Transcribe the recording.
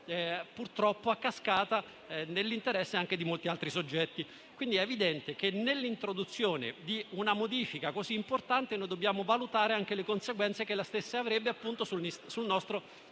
purtroppo a cascata, nell'interesse anche di molti altri soggetti. È quindi evidente che, nell'introduzione di una modifica così importante, dobbiamo valutare anche le conseguenze che la stessa avrebbe sul nostro ordinamento